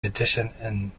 edition